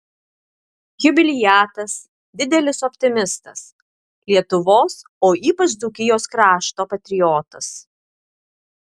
jubiliatas didelis optimistas lietuvos o ypač dzūkijos krašto patriotas